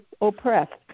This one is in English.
oppressed